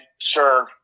serve